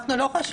אנחנו לא חשבנו,